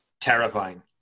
terrifying